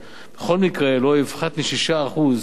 בכל מקרה לא יפחת מ-6% שיעור המס